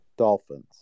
Dolphins